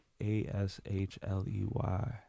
A-S-H-L-E-Y